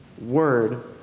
Word